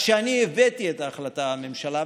כשאני הבאתי את ההחלטה לממשלה,